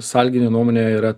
sąlyginė nuomonė yra